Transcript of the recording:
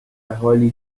حالی